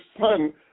son